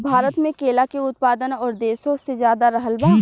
भारत मे केला के उत्पादन और देशो से ज्यादा रहल बा